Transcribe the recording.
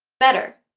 better!